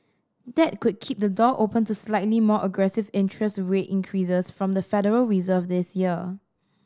that could keep the door open to slightly more aggressive interest rate increases from the Federal Reserve this year